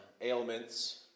Ailments